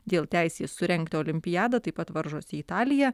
dėl teisės surengti olimpiadą taip pat varžosi italija